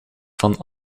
van